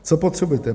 Co potřebujete?